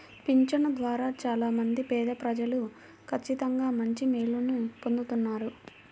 పింఛను ద్వారా చాలా మంది పేదప్రజలు ఖచ్చితంగా మంచి మేలుని పొందుతున్నారు